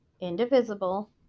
indivisible